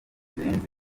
zirenze